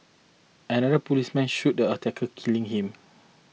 another policeman shot the attacker killing him